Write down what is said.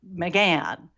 McGann